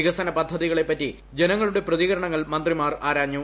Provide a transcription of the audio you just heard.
വികസന പദ്ധതികളെപ്പറ്റി ജനങ്ങളുടെ പ്രതികരണങ്ങൾ മന്ത്രിമാർ ആരാഞ്ഞു